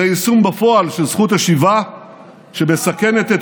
זה יישום בפועל של זכות השיבה שמסכנת את